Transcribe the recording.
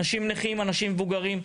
אנשים נכים, אנשים מבוגרים.